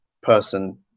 person